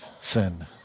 sin